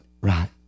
right